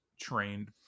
trained